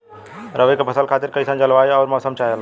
रबी क फसल खातिर कइसन जलवाय अउर मौसम चाहेला?